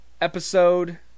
episode